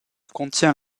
contient